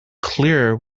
clear